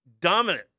Dominant